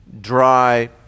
dry